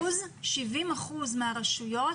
חבר'ה, 70 אחוזים מהרשויות.